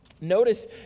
notice